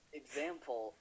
example